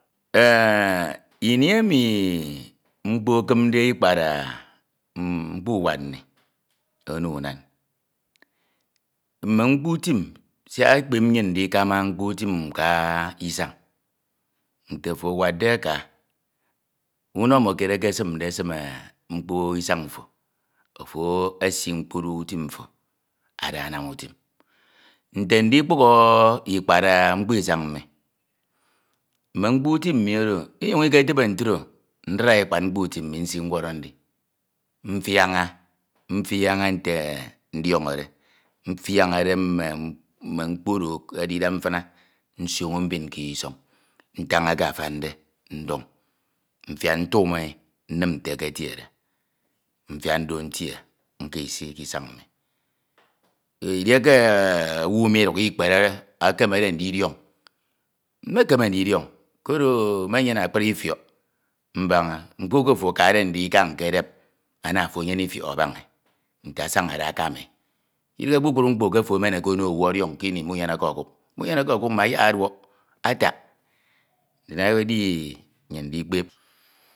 Ini emi mkpo ekimde ikpad mkpo uwad nni ono unañ mme mkpo utim siak ekpep nnyin ndikama mkpo utim nka isañi. Nte ofo awadde aka, unomo kied eke esimde mkpo rsañ mfo, ofo esi mkpodhoho utim mfo ada anam utim Nte ndikpọhọ ikpad mkpo isañ mmi, mmd mkpo utim oro nnyin iketibe ntro neri ekpad mkpo utim nsi nworo ndi mfiaña, mfiaña mfiaña mme mkpo oro edide mfina nsioño mbin ke isọñ ntan eke afande ndoñ mfiak ntume e naim nte eketiede, mfiak ndok ntie nka isi ke isañ mmi. Edieke owu midusho ikere ekemede ndidiọñ, mmekeme ndidiọñ koro menyene akpri ifiọk mbaña. Mkpo eke ofo akade ndika nkedep ana ofo enyene ifiok abaña nte asanade akama e. Idighe kpukpru mkpo ke ofo ema okono owu ọdiọñ kini munyeneke ọkuk. Munyeneke okuk mayak ọduok atak ndin edi nnyin ndikpep.